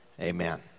amen